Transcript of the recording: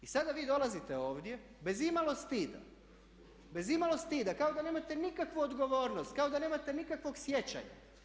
I sada vi dolazite ovdje bez imalo stida, bez imalo stida, kao da nemate nikakvu odgovornost, kao da nemate nikakvog sjećanja.